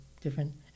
different